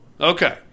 Okay